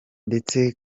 ndetse